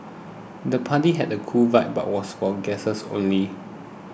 the party had a cool vibe but was for guests only